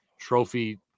trophy